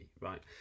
right